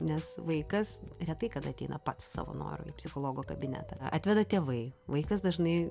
nes vaikas retai kada ateina pats savo noru į psichologo kabinetą atveda tėvai vaikas dažnai